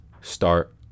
start